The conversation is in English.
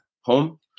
home